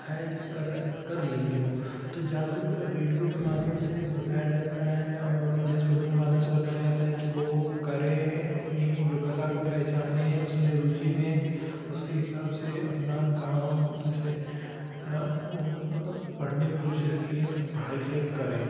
है कि कर कर लेंगी वो तो जागरूक रेडियो के माध्यम से बताया जाता है और न्यूजपेपर के माध्यम से बताया जाता है कि वो करें अपनी योग्यता को पहचाने उसमें रुचि दें उसके हिसाब से अपना काम जैसे मतलब पढ़ने में रुचि रखती हैं तो पढ़ाई लिखाई करें